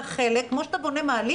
זה חלק, כמו שאתה בונה מעלית.